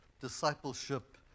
discipleship